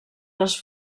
les